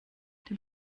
der